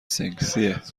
سکسیه